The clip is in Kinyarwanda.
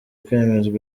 kwemezwa